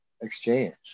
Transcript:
exchange